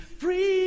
free